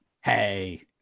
hey